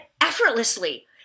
effortlessly